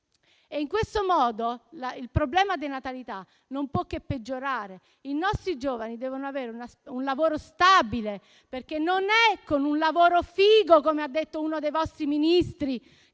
e in questo modo il problema della denatalità non può che peggiorare. I nostri giovani devono avere un lavoro stabile, perché non è con un lavoro "figo", come ha detto uno dei vostri Ministri,